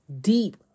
deep